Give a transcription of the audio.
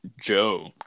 joe